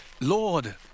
Lord